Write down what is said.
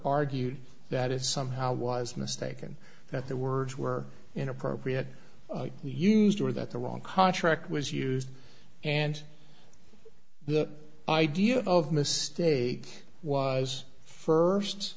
argued that it somehow was mistaken that the words were inappropriate used or that the wrong contract was used and the idea of mistake was